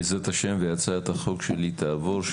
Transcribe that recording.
בעזרת השם והצעת החוק שלי תעבור,